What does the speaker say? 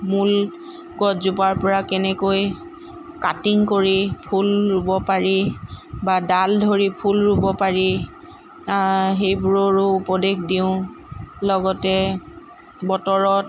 মূল গছজোপাৰ পৰা কেনেকৈ কাটিং কৰি ফুল ৰুব পাৰি বা ডাল ধৰি ফুল ৰুব পাৰি সেইবোৰৰো উপদেশ দিওঁ লগতে বতৰত